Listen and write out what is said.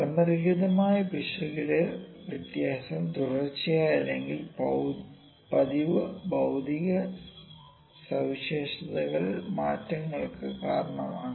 ക്രമരഹിതമായ പിശകിലെ വ്യത്യാസം തുടർച്ചയായ അല്ലെങ്കിൽ പതിവ് ഭൌതിക സവിശേഷതകളിൽ മാറ്റങ്ങൾക്ക് കാരണമാകുന്നു